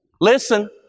listen